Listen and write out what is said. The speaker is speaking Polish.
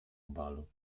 balu